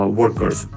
workers